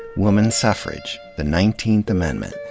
woman suffrage, the nineteenth amendment,